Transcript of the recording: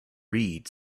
read